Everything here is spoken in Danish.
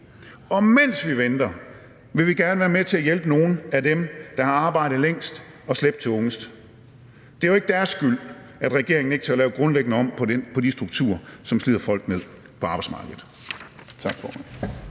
Mens vi venter, vil vi gerne være med til at hjælpe nogle af dem, der har arbejdet længst og slæbt tungest. Det er jo ikke deres skyld, at regeringen ikke tør lave grundlæggende om på de strukturer, som slider folk ned på arbejdsmarkedet.